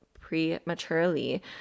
prematurely